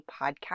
Podcast